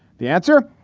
the answer?